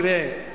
תראה,